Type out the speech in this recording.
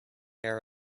air